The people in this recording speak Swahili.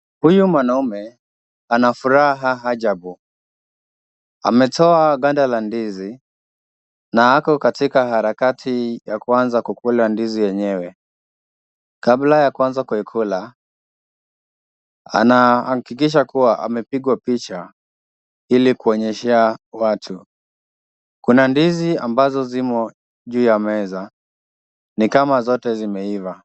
Huyu mwanaume, anafuraha ajabu. Ametoa ganda la ndizi na ako katika harakati ya kuanza kukula ndizi yenyewe. Kabla ya kuanza kuikula, anahakikisha kuwa amepigwa picha hili kuonyesha watu. Kuna ndizi ambazo zimo juu ya meza, ni kama zote zimeiva.